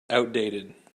outdated